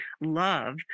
love